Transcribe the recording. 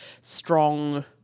strong